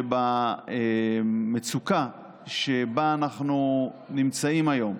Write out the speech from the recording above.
שבמצוקה שבה אנחנו נמצאים היום,